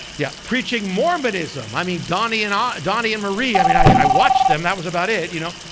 yeah. preaching mormonism! i mean donny and os, donny and marie. i mean i, i watched them. that was about it you know,